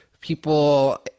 people